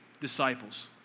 disciples